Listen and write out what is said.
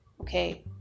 okay